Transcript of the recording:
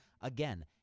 Again